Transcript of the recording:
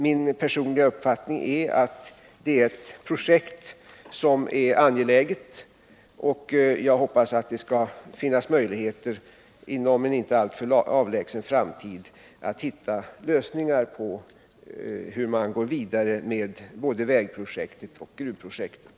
Min personliga uppfattning är att det är ett angeläget projekt, och jag hoppas att det skall finnas möjligheter inom en inte alltför avlägsen framtid att hitta lösningar på hur man kan gå vidare med både vägprojektet och gruvprojektet.